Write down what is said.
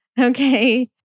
Okay